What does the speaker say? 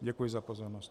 Děkuji za pozornost.